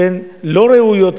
שהן לא ראויות,